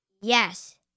yes